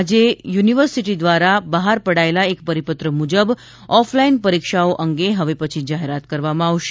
આજે યુનિવર્સિટી દ્વારા બહાર પડાયેલા એક પરિપત્ર મુજબ ઓફલાઇન પરીક્ષાઓ અંગે હવે પછી જાહેરાત કરવામાં આવશે